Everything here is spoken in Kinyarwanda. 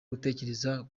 gutekereza